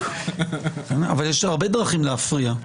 צודק, אבל יש הרבה דרכים להפריע.